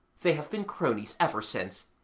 they have been cronies ever since,